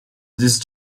these